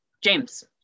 james